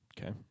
Okay